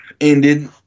ended